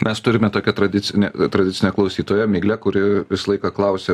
mes turime tokią tradicinę tradicinę klausytoją miglę kuri visą laiką klausia